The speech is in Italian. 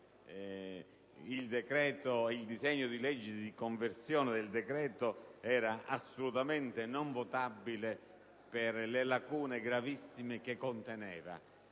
il disegno di legge di conversione del decreto-legge sarebbe stato assolutamente non votabile per le lacune gravissime che conteneva.